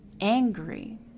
angry